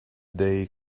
they